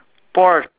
pork